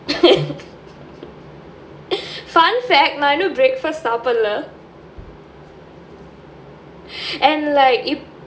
fun fact நான் இன்னும்:naan innum breakfast சாப்பிடல:saappidala and like e~